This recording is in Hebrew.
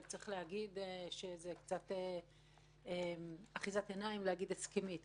אבל צריך להגיד שזה קצת אחיזת עיניים להגיד הסכמית,